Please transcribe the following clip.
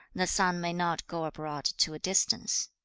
the son may not go abroad to a distance.